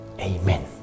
Amen